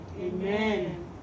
Amen